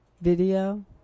video